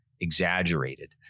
exaggerated